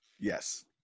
Yes